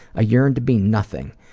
ah yearn to be nothing,